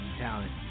talent